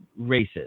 racist